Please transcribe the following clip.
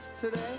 today